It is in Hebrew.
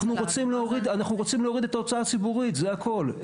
אנחנו רוצים להוריד את ההוצאה הציבורית, זה הכל.